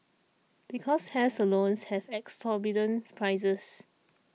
because hair salons have exorbitant prices